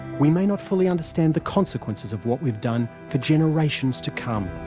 we may not fully understand the consequences of what we've done for generations to come.